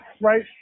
Right